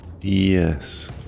yes